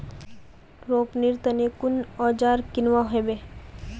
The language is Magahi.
रोपनीर तने कुन औजार किनवा हबे